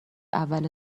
اول